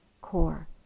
core